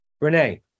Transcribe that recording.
Renee